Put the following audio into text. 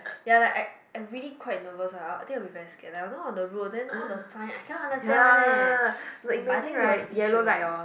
ya lah I I really quite nervous one I think I will be very scared I don't know all the road all the sign I cannot understand one leh but I think they will teach you lah